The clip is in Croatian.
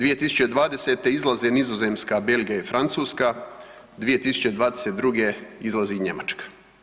2020. izlaze Nizozemska, Belgija i Francuska, 2022. izlazi Njemačka.